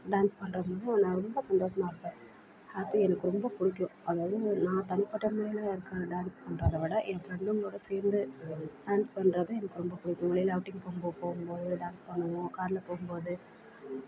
dance பண்ணுற போதும் நான் ரொம்ப சந்தோஷமாக இருப்பேன் அது எனக்கு ரொம்ப பிடிக்கும் அதாவது ஒரு நான் தனிப்பட்ட முறையில் இருக்க டான்ஸ் பண்ணுறத விட என் ஃப்ரெண்டுங்களோடு சேர்ந்து டான்ஸ் பண்ணுறது எனக்கு ரொம்ப பிடிக்கும் வெளியில் அவுட்டிங் போகும் போகும்போது டான்ஸ் பண்ணுவோம் காரில் போகும்போது